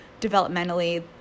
developmentally